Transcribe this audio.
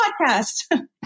podcast